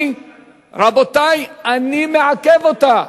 ואני מעכב אותה.